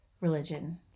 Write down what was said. religion